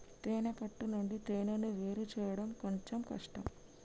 తేనే పట్టు నుండి తేనెను వేరుచేయడం కొంచెం కష్టం